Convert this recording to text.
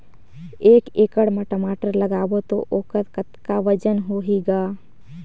एक एकड़ म टमाटर लगाबो तो ओकर कतका वजन होही ग?